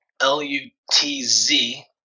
L-U-T-Z